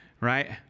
right